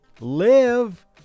live